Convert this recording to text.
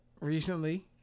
recently